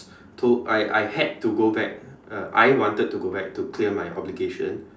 told I I had to go back uh I wanted to go back to clear my obligation